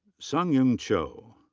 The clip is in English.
sanghyun cho.